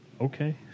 Okay